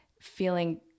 feeling